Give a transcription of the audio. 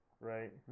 Right